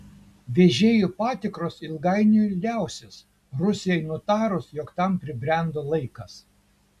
vežėjų patikros ilgainiui liausis rusijai nutarus jog tam pribrendo laikas